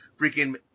Freaking